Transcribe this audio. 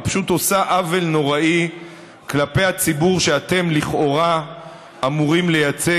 היא פשוט עושה עוול נוראי כלפי הציבור שאתם לכאורה אמורים לייצג,